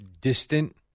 distant